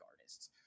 artists